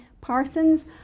Parsons